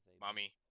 Mommy